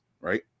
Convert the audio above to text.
right